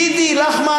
דידי לחמן,